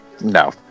no